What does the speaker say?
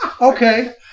Okay